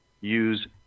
use